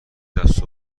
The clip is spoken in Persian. دست